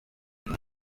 iyo